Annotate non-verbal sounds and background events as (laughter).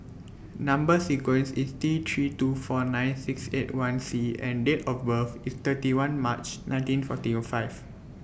Number sequence IS T three two four nine six eight one C and Date of birth IS thirty one March nineteen forty (hesitation) five